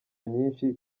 nyinshi